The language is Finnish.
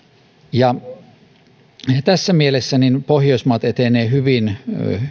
tässä mielessä pohjoismaat etenevät hyvin